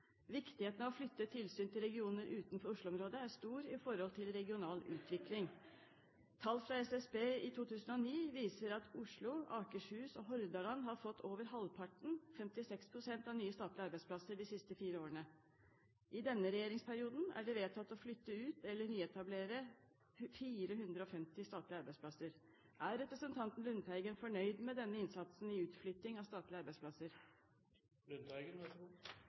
Viktigheten av å flytte tilsyn til regioner utenfor Oslo-området er stor i forhold til regional utvikling. Tall fra SSB i 2009 viser at Oslo, Akershus og Hordaland har fått over halvparten, 56 pst., av nye statlige arbeidsplasser de siste fire årene. I denne regjeringsperioden er det vedtatt å flytte ut, eller nyetablere, 450 statlige arbeidsplasser. Er representanten Lundteigen fornøyd med denne innsatsen når det gjelder utflytting av statlige